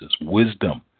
wisdom